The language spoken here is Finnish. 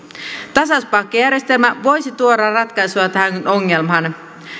tasauspaikkajärjestelmä voisi tuoda ratkaisua tähän ongelmaan